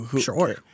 sure